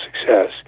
success